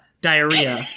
diarrhea